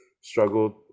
struggled